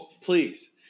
Please